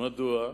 מדוע?